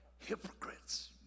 hypocrites